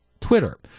Twitter